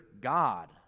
God